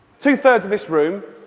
two-thirds of this room,